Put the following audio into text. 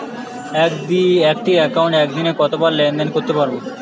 একটি একাউন্টে একদিনে কতবার লেনদেন করতে পারব?